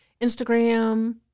Instagram